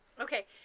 Okay